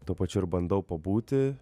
tuo pačiu ir bandau pabūti